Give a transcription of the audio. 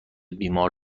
بیمار